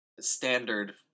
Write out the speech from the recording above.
standard